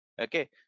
okay